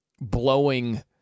blowing